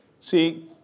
See